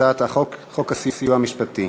הצעת חוק הסיוע המשפטי